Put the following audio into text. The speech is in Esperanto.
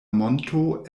monto